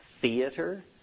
theater